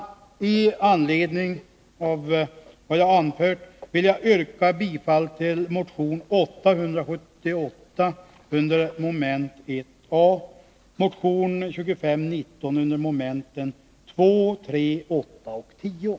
Med hänvisning till vad jag anfört vill jag under mom. 1a yrka bifall till motion 878 och under mom. 2, 3, 8 och 10 till motion 2519.